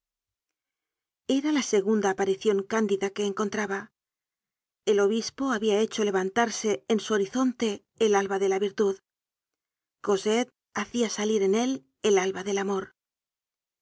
era la segunda aparicion candida que encontraba el obispo habia hecho levantarse en su horizonte el alba de la virtud cosette hacia salir en él el alba del amor